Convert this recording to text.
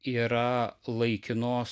yra laikinos